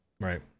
right